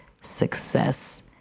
success